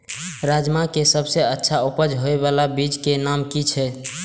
राजमा के सबसे अच्छा उपज हे वाला बीज के नाम की छे?